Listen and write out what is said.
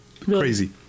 crazy